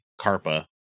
CARPA